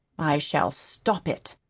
i shall stop it.